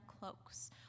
cloaks